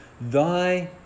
Thy